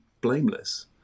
blameless